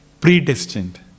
predestined